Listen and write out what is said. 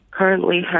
currently